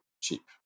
cheap